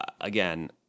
again